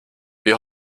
wir